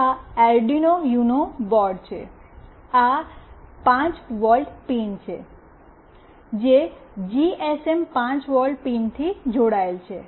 આ Arduino Uno board છે આ 5 વોલ્ટ પિન છે જે જીએસએમ 5 વોલ્ટ પિનથી જોડાયેલ છે